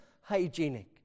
hygienic